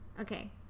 Okay